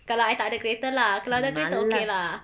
kalau I tak ada kereta lah kalau ada kereta okay lah